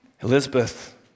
Elizabeth